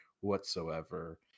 whatsoever